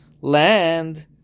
land